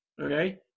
okay